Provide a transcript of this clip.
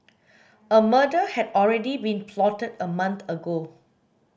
a murder had already been plotted a month ago